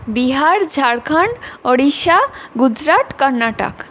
Bihar Jharkhand Odisha Gujarat Karnataka